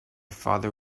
father